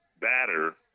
batter